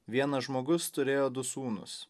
vienas žmogus turėjo du sūnus